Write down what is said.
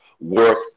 work